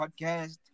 podcast